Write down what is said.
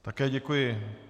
Také děkuji.